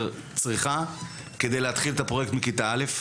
צריכה כיד להתחיל את הפרויקט מכיתה א'